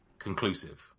conclusive